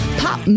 pop